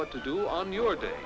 what to do on your day